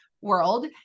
world